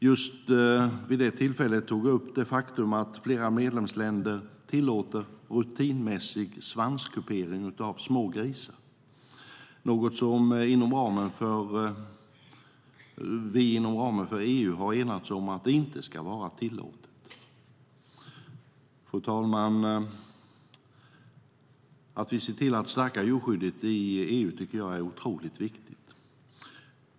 Just vid det tillfället tog jag upp det faktum att flera medlemsländer tillåter rutinmässig svanskupering av smågrisar, något som vi inom ramen för EU har enats om inte ska vara tillåtet. Fru talman! Att vi ser till att stärka djurskyddet i EU tycker jag är otroligt viktigt.